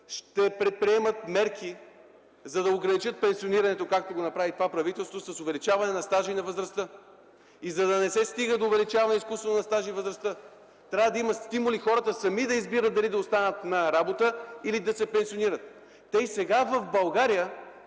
ще предприемат мерки да ограничат пенсионирането, както направи това правителство с увеличаване на стажа и на възрастта. За да не се стигне до изкуствено увеличаване на стажа и възрастта, трябва да има стимули хората сами да избират дали да останат на работа или да се пенсионират. И сега в България